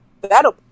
That'll